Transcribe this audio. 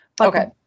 Okay